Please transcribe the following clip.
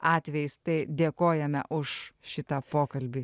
atvejis tai dėkojame už šitą pokalbį